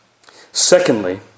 Secondly